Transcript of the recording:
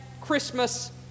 Christmas